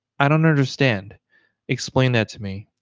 i don't understand explain that to me.